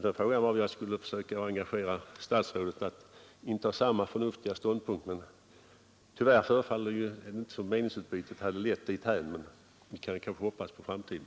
Min tanke var att jag skulle försöka engagera statsrådet att inta samma förnuftiga ståndpunkt, men tyvärr förefaller det inte som om meningsutbytet hade lett dithän. Vi kanske kan hoppas på framtiden.